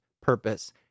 Purpose